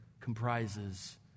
comprises